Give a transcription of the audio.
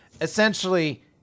Essentially